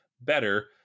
better